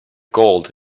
gold